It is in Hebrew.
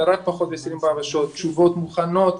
רק פחות מעשרים וארבע שעות תשובות מוכנות,